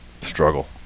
struggle